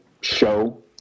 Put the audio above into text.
show